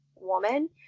woman